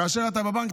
כאשר אתה בבנק,